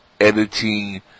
editing